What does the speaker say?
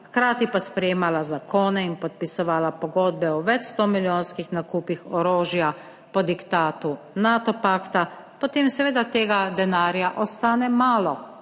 hkrati pa sprejemala zakone in podpisovala pogodbe o več sto milijonskih nakupih orožja po diktatu Nato pakta, potem seveda tega denarja ostane malo